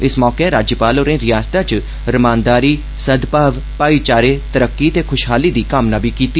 इस मौके राज्यपाल होरें रियासतै च रमानदारी सद्भाव भाईचारे तरक्की ते खुषहाली दी कामना बी कीती